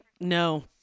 no